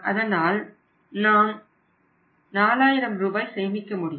அதனால் நாம் 4000 ரூபாய் சேமிக்க முடியும்